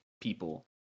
people